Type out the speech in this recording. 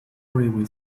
railway